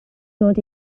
dod